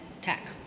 tech